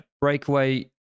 Breakaway